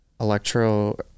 electro